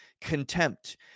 contempt